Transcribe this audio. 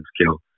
skill